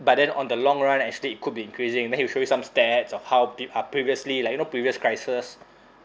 but then on the long run actually it could be increasing then he'll show you some stats of how pre~ uh previously like you know previous crises